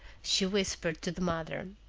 she whispered to the mother,